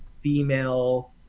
female